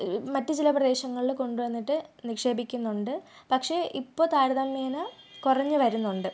മറ്റ് ചില പ്രദേശങ്ങളിൽ കൊണ്ട് വന്നിട്ട് നിക്ഷേപിക്കുന്നുണ്ട് പക്ഷേ ഇപ്പോൾ താരതമ്യേന കുറഞ്ഞ് വരുന്നുണ്ട്